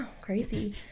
crazy